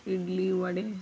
idli vada